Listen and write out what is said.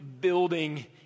building